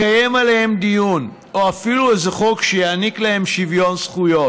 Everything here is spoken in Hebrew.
לקיים עליהם דיון או אפילו איזה חוק שיעניק להם שוויון זכויות.